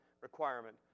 requirement